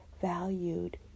valued